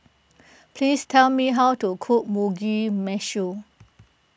please tell me how to cook Mugi Meshi